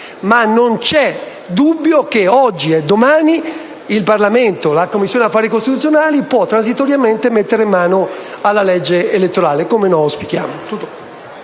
ma non c'è dubbio che oggi e domani il Parlamento, la Commissione affari costituzionali possano transitoriamente mettere mano alla legge elettorale, come noi auspichiamo.